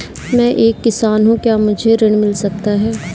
मैं एक किसान हूँ क्या मुझे ऋण मिल सकता है?